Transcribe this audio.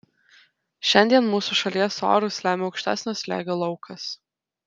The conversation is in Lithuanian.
šiandien mūsų šalies orus lemia aukštesnio slėgio laukas